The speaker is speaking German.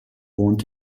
wohnt